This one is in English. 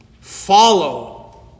Follow